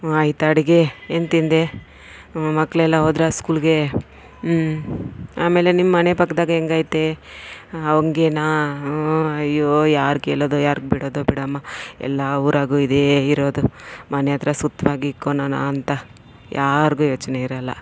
ಹ್ಞೂ ಆಯ್ತಾ ಅಡುಗೆ ಏನು ತಿಂದೆ ಮಕ್ಳೆಲ್ಲ ಹೋದ್ರಾ ಸ್ಕೂಲ್ಗೆ ಆಮೇಲೆ ನಿಮ್ಮನೇ ಪಕ್ದಾಗೆ ಹೆಂಗೈತೆ ಹಾಂ ಹಂಗೇನಾ ಹ್ಞೂ ಅಯ್ಯೋ ಯಾರಿಗೆ ಹೇಳೋದೊ ಯಾರಿಗೆ ಬಿಡೋದೊ ಬಿಡಮ್ಮ ಎಲ್ಲ ಊರಾಗೂ ಇದೇ ಇರೋದು ಮನೆ ಹತ್ರ ಸುತ್ವಾಗಿ ಇಕ್ಕೊಳೋಣ ಅಂತ ಯಾರಿಗೂ ಯೋಚನೆ ಇರೊಲ್ಲ